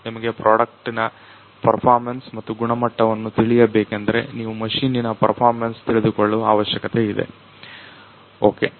ನಿಮಗೆ ಪ್ರಾಡಕ್ಟಿನ ಪರ್ಫಾರ್ಮನ್ಸ್ ಮತ್ತು ಗುಣಮಟ್ಟವನ್ನ ತಿಳಿಯಬೇಕೇಂದ್ರೆ ನೀವು ಮಷಿನ್ನಿನ ಪರ್ಫಾರ್ಮನ್ಸ್ ತಿಳಿದುಕೊಳ್ಳುವ ಅವಶ್ಯಕತೆಯಿದೆ ಓಕೆ